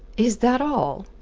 is that all?